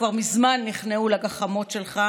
אינה נוכחת משה ארבל,